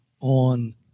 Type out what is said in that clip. on